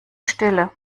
stille